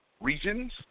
regions